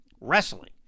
wrestling